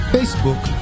Facebook